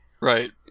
Right